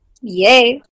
yay